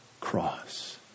cross